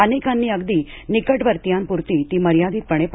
अनेकांनी अगदी निकटवर्तियांप्रती ती मर्यादितपणे पाळली